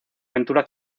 aventura